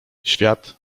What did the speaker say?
świat